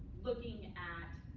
looking at